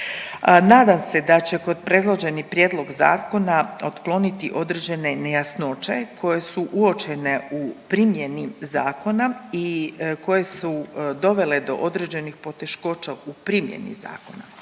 Nadam se da će kod predloženi prijedlog zakona otkloniti određene nejasnoće koje su uočene u primjeni zakona i koje su dovele do određenih poteškoća u primjeni zakona.